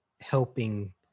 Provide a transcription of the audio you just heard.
helping